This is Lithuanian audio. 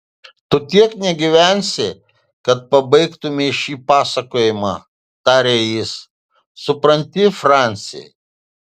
tu tiek negyvensi kad pabaigtumei šį pasakojimą tarė jis supranti franci